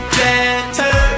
better